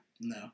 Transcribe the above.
No